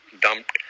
dumped